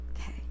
Okay